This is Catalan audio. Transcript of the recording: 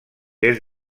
est